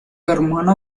hermano